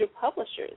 publishers